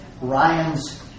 Ryan's